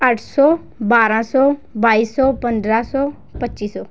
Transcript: ਅੱਠ ਸੌ ਬਾਰਾਂ ਸੌ ਬਾਈ ਸੌ ਪੰਦਰਾਂ ਸੌ ਪੱਚੀ ਸੌ